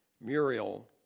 Muriel